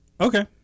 Okay